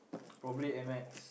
probably at Macs